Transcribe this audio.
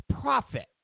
profit